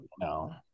no